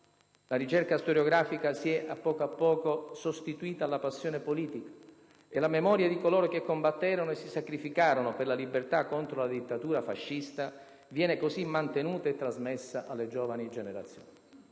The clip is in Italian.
La ricerca storiografica si è a poco a poco sostituita alla passione politica e la memoria di coloro che combatterono e si sacrificarono per la libertà contro la dittatura fascista viene così mantenuta e trasmessa alle giovani generazioni.